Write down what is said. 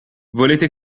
volete